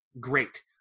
great